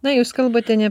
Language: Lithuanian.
namus kalba tai ne